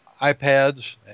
iPads